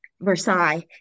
Versailles